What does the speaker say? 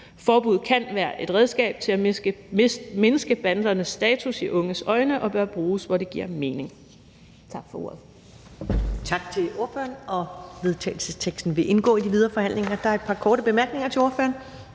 Forbud kan være et redskab til at mindske bandernes status i unges øjne og bør bruges, hvor det giver mening.«